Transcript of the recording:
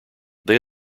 they